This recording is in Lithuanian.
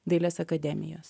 dailės akademijos